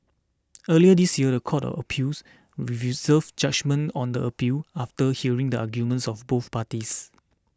earlier this year the court of appeals reserved judgement on the appeal after hearing the arguments of both parties